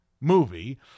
movie